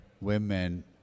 women